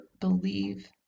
believe